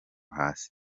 hasi